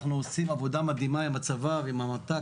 אנחנו עושים עבודה מדהימה עם הצבא ועם המת"ק,